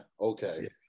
Okay